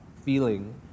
feeling